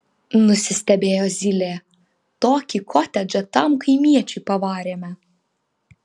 nusistebėjo zylė tokį kotedžą tam kaimiečiui pavarėme